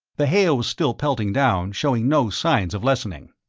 the hail was still pelting down, showing no signs of lessening.